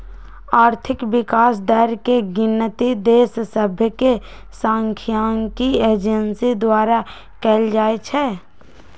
आर्थिक विकास दर के गिनति देश सभके सांख्यिकी एजेंसी द्वारा कएल जाइ छइ